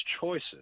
choices